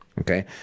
okay